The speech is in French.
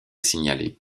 signalée